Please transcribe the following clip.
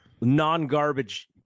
non-garbage